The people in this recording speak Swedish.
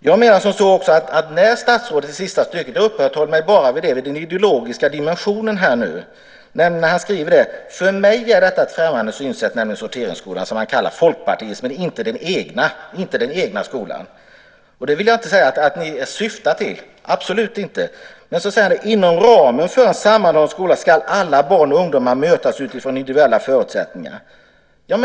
När statsrådet i svaret - och jag uppehåller mig då bara vid den ideologiska dimensionen - skriver: "För mig är det ett främmande synsätt." Med det menar han sorteringsskolan, som han kallar Folkpartiets skola men inte den egna skolan. Det vill jag inte säga att den syftar till, absolut inte. Men så säger ni: "Inom ramen för en sammanhållen skola ska alla barn och ungdomar mötas utifrån individuella förutsättningar."